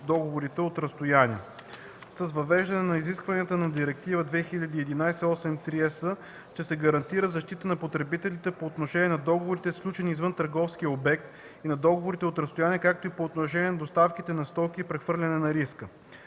договорите от разстояние; с въвеждането на изискванията на Директива 2011/83/ЕС ще се гарантира защита на потребителите по отношение на договорите, сключени извън търговски обект и на договорите от разстояние, както и по отношение на доставката на стоки и прехвърляне на риска;